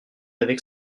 avec